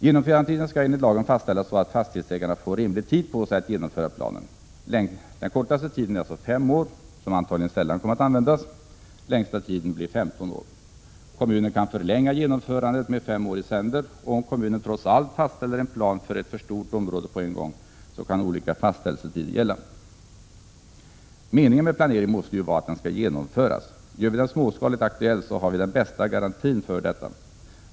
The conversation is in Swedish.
Genomförandetiderna skall enligt lagen fastställas så att fastighetsägarna får rimlig tid på sig att genomföra planen. Den kortaste tiden är alltså fem år, vilken antagligen sällan kommer att användas. Längsta tiden blir 15 år. Kommunen kan förlänga genomförandet med fem år i sänder, och om kommunen trots allt fastställer en plan för ett för stort område på en gång, kan olika fastställelsetider gälla. Meningen med planeringen måste ju vara att den skall genomföras. Gör vi den småskaligt aktuell har vi den bästa garantin för detta.